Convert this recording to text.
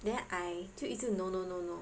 then I 就一直 no no no no